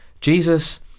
Jesus